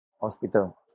Hospital